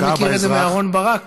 אני מכיר את זה מאהרן ברק,